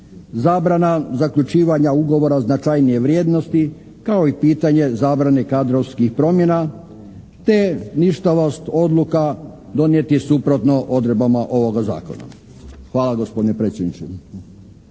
zabrana zaključivanja ugovora značajnije vrijednosti kao i pitanje zabrane kadrovskih promjena te ništavost odluka donijetih suprotno odredbama ovoga zakona. Hvala gospodine predsjedniče.